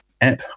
app